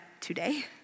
today